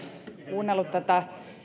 kuunnellut tätä